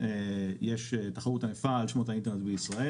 יש תחרות ענפה על שמות האינטרנט בישראל